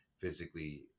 physically